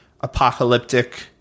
apocalyptic